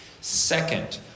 Second